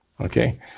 Okay